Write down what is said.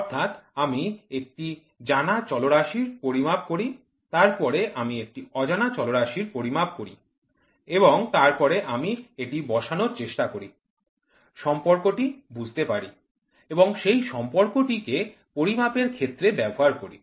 অর্থাৎ আমি একটি জানা চলরাশির পরিমাপ করি তারপরে আমি একটি অজানা চলরাশির পরিমাপ করি এবং তারপরে আমি এটি বসানোর চেষ্টা করি সম্পর্কটি বুঝতে পারি এবং সেই সম্পর্কটিকে পরিমাপের ক্ষেত্রে ব্যবহার করি